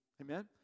Amen